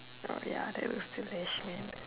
oh ya that looks delicious